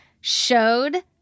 showed